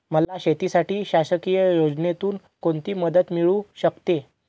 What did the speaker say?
मला शेतीसाठी शासकीय योजनेतून कोणतीमदत मिळू शकते?